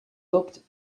looked